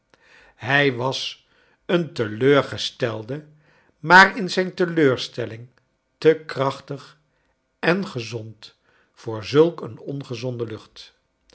hij was een teleurgestelde maar in zijn teleurs telling te krachtig en gezond voor zulk een ongezonde lucht